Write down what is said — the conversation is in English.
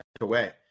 away